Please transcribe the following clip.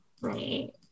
Right